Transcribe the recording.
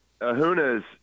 Ahuna's